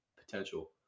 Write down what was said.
potential